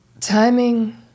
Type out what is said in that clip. Timing